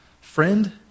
friend